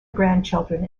grandchildren